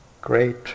great